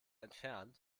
entfernt